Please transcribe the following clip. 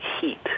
heat